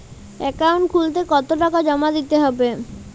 Account খুলতে কতো টাকা জমা দিতে হবে?